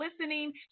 listening